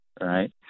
right